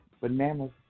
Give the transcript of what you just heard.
Bananas